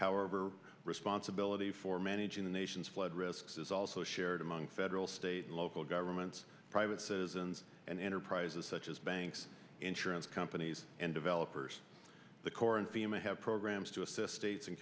however responsibility for managing the nation's flood risks is also shared among federal state and local governments private citizens and enterprises such as banks insurance companies and developers the corps and b m i have programs to assist states and